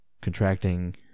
contracting